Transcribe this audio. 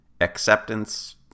acceptance